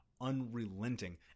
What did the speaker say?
unrelenting